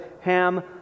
ham